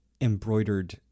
embroidered